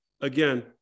again